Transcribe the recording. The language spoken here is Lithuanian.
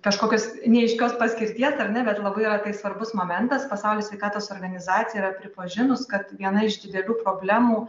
kažkokios neaiškios paskirties ar ne bet labai svarbus momentas pasaulio sveikatos organizacija yra pripažinus kad viena iš didelių problemų